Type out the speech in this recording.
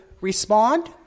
respond